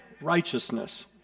Righteousness